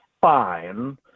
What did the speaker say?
fine